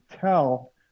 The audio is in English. tell